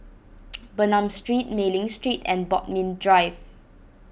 Bernam Street Mei Ling Street and Bodmin Drive